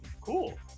Cool